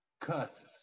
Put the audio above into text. cuss